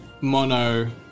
mono